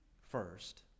first